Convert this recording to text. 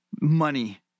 money